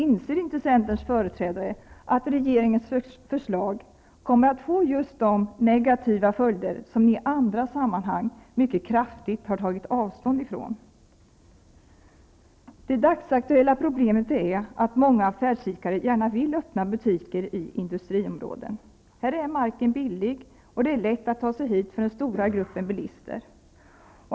Inser inte centerns företrädare att regeringens förslag kommer att få just de negativa följder som ni i andra sammanhang mycket kraftigt har tagit avstånd ifrån? Det dagsaktuella problemet är att många affärsidkare gärna vill öppna butiker i industriområden. Här är marken billig, och det är lätt att ta sig dit för den stora gruppen bilister.